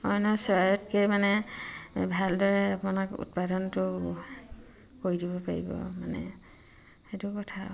অন্য চৰাইতকৈ মানে ভালদৰে আপোনাক উৎপাদনটো কৰি দিব পাৰিব মানে সেইটো কথা